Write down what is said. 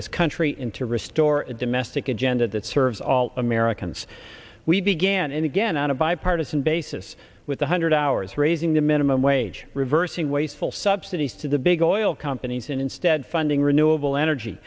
this country in to restore a domestic agenda that serves all americans we began again on a bipartisan basis with one hundred hours raising the minimum wage reversing wasteful subsidies to the big oil companies and instead funding renewable energy